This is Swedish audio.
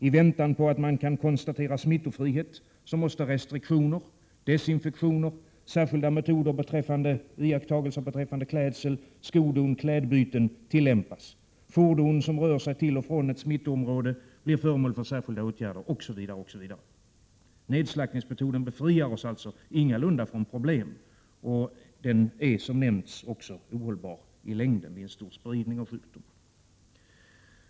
I väntan på att smittofrihet kan konstateras måste restriktioner, desinfektioner, särskilda iakttagelser beträffande klädsel, skodon och klädbyten tillämpas, fordon som rör sig till och från ett smittområde måste bli föremål för särskilda åtgärder, osv. Nedslaktningsmetoden befriar oss alltså ingalunda från problem, och den är, som nämnts, också ohållbar i längden vid en stor spridning av sjukdomen.